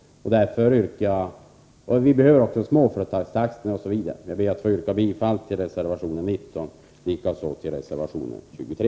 Vi behöver också småföretagssatsningar. Jag ber att få yrka bifall till reservation 19, likaså till reservation 23.